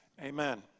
amen